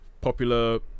popular